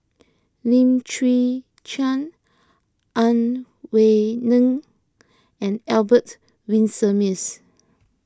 Lim Chwee Chian Ang Wei Neng and Albert Winsemius